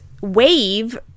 wave